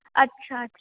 अछा अछा